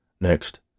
Next